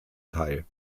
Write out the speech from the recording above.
teil